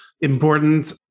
important